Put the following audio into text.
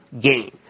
gain